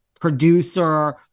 producer